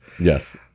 Yes